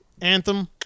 Anthem